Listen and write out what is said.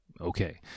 okay